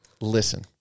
Listen